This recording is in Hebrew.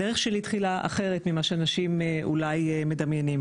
הדרך שלי התחילה אחרת ממה שאנשים אולי מדמיינים,